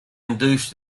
induced